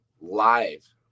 live